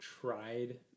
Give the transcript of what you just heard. tried